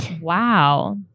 Wow